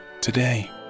today